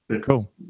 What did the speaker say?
Cool